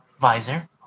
Visor